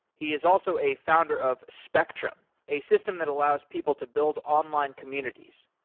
he is also a founder of spectrum, a system that allows people to build online communities.